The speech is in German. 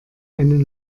einen